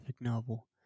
novel